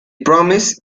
promise